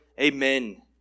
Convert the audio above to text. Amen